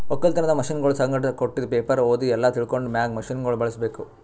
ಒಕ್ಕಲತನದ್ ಮಷೀನಗೊಳ್ ಸಂಗಟ್ ಕೊಟ್ಟಿದ್ ಪೇಪರ್ ಓದಿ ಎಲ್ಲಾ ತಿಳ್ಕೊಂಡ ಮ್ಯಾಗ್ ಮಷೀನಗೊಳ್ ಬಳುಸ್ ಬೇಕು